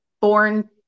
born